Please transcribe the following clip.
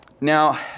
Now